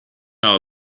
hour